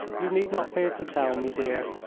you need not fear to tell me, dear,